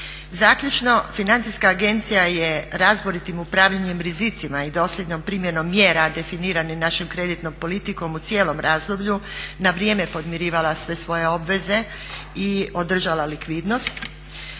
Zaključno, Financijska agencija je razboritim upravljanjem rizicima i dosljednom primjenom mjera definiranim našom kreditnom politikom u cijelom razdoblju na vrijeme podmirivala sve svoje obveze i održala likvidnost.